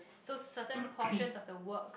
so certain portions of the work